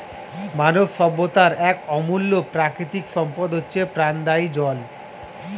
মানব সভ্যতার এক অমূল্য প্রাকৃতিক সম্পদ হচ্ছে প্রাণদায়ী জল